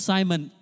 Simon